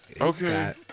Okay